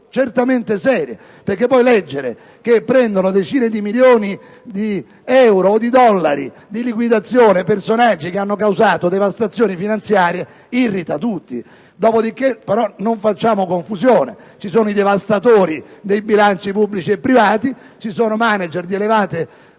certamente serie. Leggere che prendono decine di milioni di euro o di dollari di liquidazione personaggi che hanno causato devastazioni finanziarie irrita tutti. Dopodiché, non facciamo confusione! Ci sono devastatori di bilanci pubblici e privati ma anche manager di elevate qualità